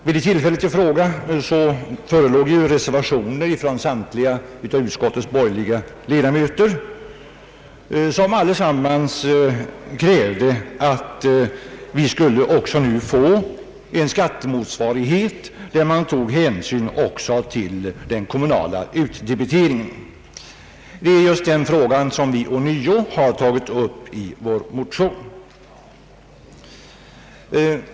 Vid tillfället i fråga förelåg reservationer från samtliga utskottets borgerliga ledamöter, som alla krävde att vi skulle få en skattemotsvarighet, där hänsyn togs även till den kommunala utdebiteringen. Det är just denna fråga som vi ånyo tagit upp i vår motion.